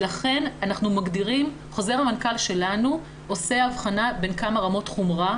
לכן חוזר המנכ"ל שלנו עושה הבחנה בין כמה רמות חומרה.